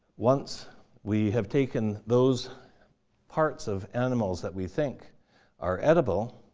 once we have taken those parts of animals that we think are edible,